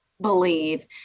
believe